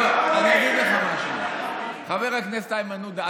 לא, אני אגיד לך משהו, חבר הכנסת איימן עודה.